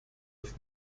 auf